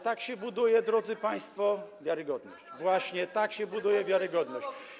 Tak się buduje, drodzy państwo, wiarygodność, właśnie tak się buduje wiarygodność.